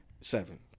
Seven